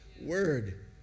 word